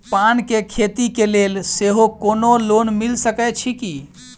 पान केँ खेती केँ लेल सेहो कोनो लोन मिल सकै छी की?